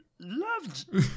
Loved